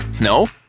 No